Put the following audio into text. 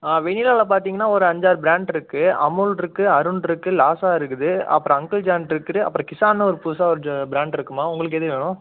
ஆ வெணிலாவுல பார்த்தீங்கன்னா ஒரு அஞ்சாறு பிராண்ட்ருக்குது அமுல்ருக்குது அருண்ருக்குது லாஸா இருக்குது அப்புறோம் அங்கிள் ஜான்ருக்குது அப்புறம் கிஸ்ஸான்னு ஒரு புதுசாக ஒரு பிராண்ட்ருக்கும்மா உங்களுக்கு எது வேணும்